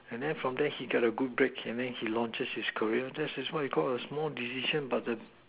and then from there he got a good break and then he launches his career that is what you called a small decision but a